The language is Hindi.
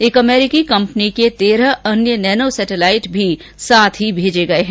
एक अमरीकी कंपनी के तेरह अन्य नैनो सैटेलाइट भी साथ ही भेजे गए हैं